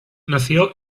nació